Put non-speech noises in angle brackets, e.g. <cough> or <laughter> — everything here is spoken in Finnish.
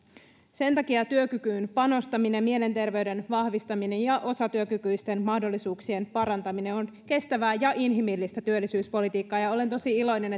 sen takia työkykyyn panostaminen mielenterveyden vahvistaminen ja osatyökykyisten mahdollisuuksien parantaminen on kestävää ja inhimillistä työllisyyspolitiikkaa ja olen tosi iloinen <unintelligible>